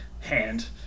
hand